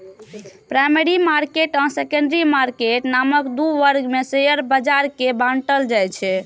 primary market आ secondary market नामक दू वर्ग मे शेयर बाजार कें बांटल जाइ छै